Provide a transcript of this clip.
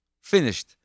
Finished